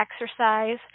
exercise